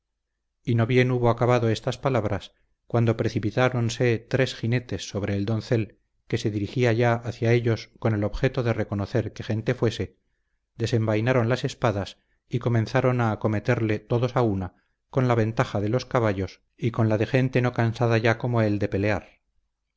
y no bien hubo acabado estas palabras cuando precipitáronse tres jinetes sobre el doncel que se dirigía ya hacia ellos con el objeto de reconocer qué gente fuese desenvainaron las espadas y comenzaron a acometerle todos a una con la ventaja de los caballos y con la de gente no cansada ya como él de pelear